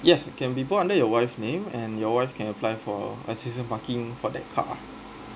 yes can be bought under your wife name and your wife can apply for a season parking for that car